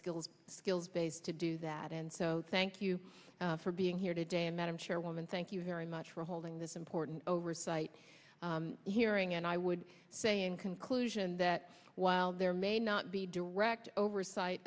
skills skills base to do that and so thank you for being here today and madam chairwoman thank you very much for holding this important over right hearing and i would say in conclusion that while there may not be direct oversight